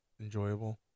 enjoyable